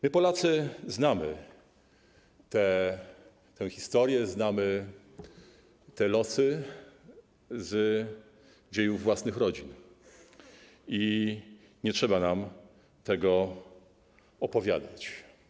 My, Polacy, znamy tę historię, znamy te losy z dziejów własnych rodzin i nie trzeba nam tego opowiadać.